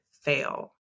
fail